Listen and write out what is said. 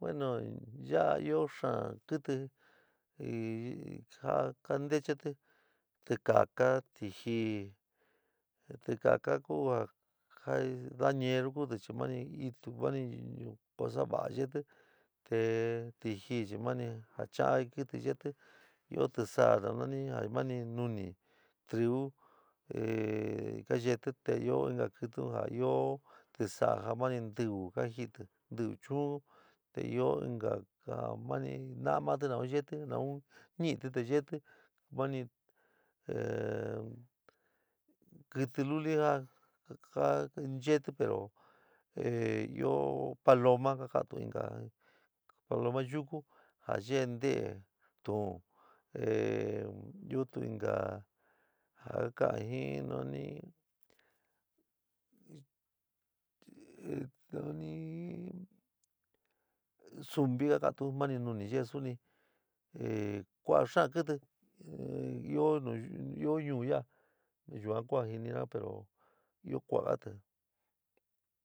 Bueno yaa ɨó xaán kɨtɨ y jaá ka ntechetí tikaká, tijí, tikaká ku ja dañieru kuti chi mani itu mani cosa va'a yeéti te tijí chi mani ja cha'an kɨtɨ yeéti ɨó tisaá ja nani ja mani nuni, triu, ka yeéti te ɨó inka kɨtɨ un ja ɨó tisaá ja mani ntɨvɨ ka jɨti, ntɨvɨ chu'un te ɨó inka ja mani na'á mati nu yeéti nu ni'ití te yeéti mani ehh kɨtɨ luli ja jaa yeéti pero ehh ɨó paloma ka ka'antu inka paloma yuku ja yeé nte'e tuún iótu inka ja kaán jin nani zumpi ka ka'anto mani nuni yeé suni kua'a xaán kɨtɨ ɨó nu ɨó ñuú ya'á yuan ku ja jɨónina pero ɨó kua'agati.